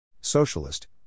Socialist